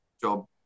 job